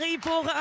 pour